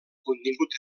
contingut